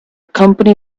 company